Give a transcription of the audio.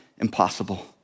impossible